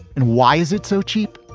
and why is it so cheap?